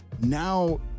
Now